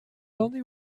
only